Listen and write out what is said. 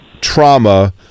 trauma